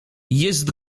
jest